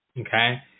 Okay